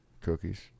Cookies